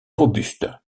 robustes